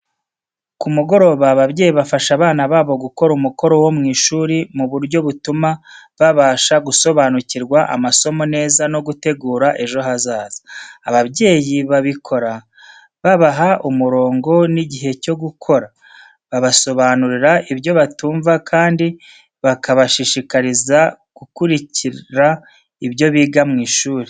Ku mugoroba, ababyeyi bafasha abana babo gukora umukoro wo mu ishuri mu buryo butuma babasha gusobanukirwa amasomo neza no gutegura ejo hazaza. Ababyeyi babikora babaha umurongo n’igihe cyo gukora, babasobanurira ibyo batumva, kandi bakabashishikariza gukurikira ibyo biga mu ishuri.